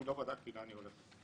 לא בדקתי לאן היא הולכת.